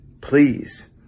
please